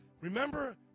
Remember